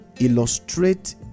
illustrate